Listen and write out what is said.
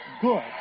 good